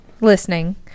listening